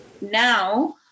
now